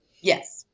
Yes